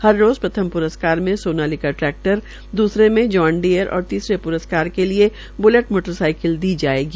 हर रोज प्रथम प्रस्कार में सोनालिका ट्रैक्टर दूसरे मे जोन डीयर और तीसरे प्रस्कार के लिए ब्लेट मोटर साइकिल दिया जायेगा